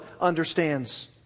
understands